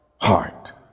heart